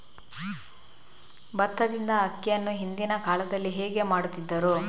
ಭತ್ತದಿಂದ ಅಕ್ಕಿಯನ್ನು ಹಿಂದಿನ ಕಾಲದಲ್ಲಿ ಹೇಗೆ ಮಾಡುತಿದ್ದರು?